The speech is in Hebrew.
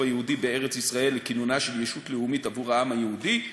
היהודי בארץ-ישראל לכינונה של ישות לאומית עבור העם היהודי,